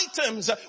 items